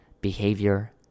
behavior